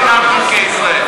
לשנת התקציב 2015,